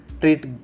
treat